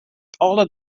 alle